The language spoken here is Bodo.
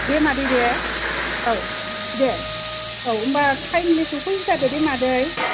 दे मादै दे औ दे औ होनबा टाइमलि सफैहोखादो दे मादै